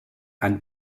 and